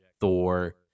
Thor